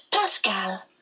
Pascal